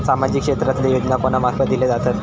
सामाजिक क्षेत्रांतले योजना कोणा मार्फत दिले जातत?